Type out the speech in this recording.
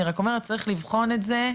אני רק אומרת צריך לבחון את זה,